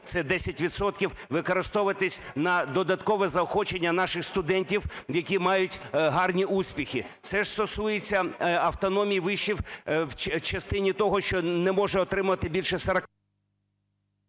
використовуватися на додаткове заохочення наших студентів, які мають гарні успіхи. Це ж стосується автономії вишів в частині того, що не може отримувати більше...